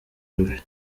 rubi